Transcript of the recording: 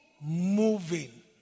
moving